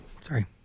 sorry